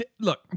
look